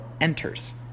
enters